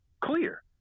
clear